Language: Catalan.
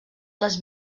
les